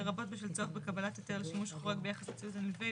לרבות בשל צורך בקבלת היתר לשימוש חורג ביחס לציוד הנלווה,